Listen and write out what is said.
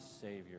savior